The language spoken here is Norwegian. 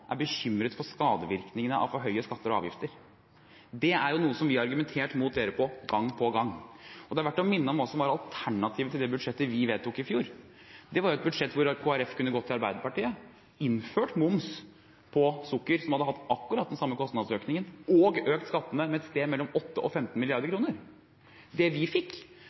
er bekymret for skadevirkningene av for høye skatter og avgifter. Det er noe som vi har argumentert mot gang på gang. Det er verdt å minne om hva som var alternativet til det budsjettet vi vedtok i fjor. Det var et budsjett hvor Kristelig Folkeparti kunne gått til Arbeiderpartiet og innført moms på sukker, som hadde hatt akkurat den samme kostnadsøkningen, og økt skattene med et sted mellom 8 og 15 mrd. kr. Det vi fikk,